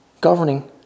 Governing